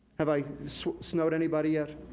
have i snowed anybody yet?